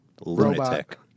lunatic